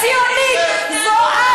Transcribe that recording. הציונית זו את,